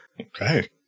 okay